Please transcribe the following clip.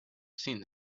seen